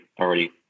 already